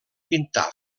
pintar